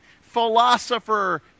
philosopher